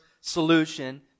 solution